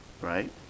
right